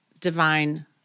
divine